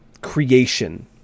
creation